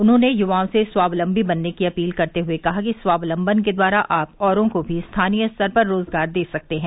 उन्होंने युवाओं से स्वावलंबी बनने की अपील करते हुए कहा कि स्वावलंबन के द्वारा आप औरों को भी स्थानीय स्तर पर रोजगार दे सकते हैं